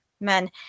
men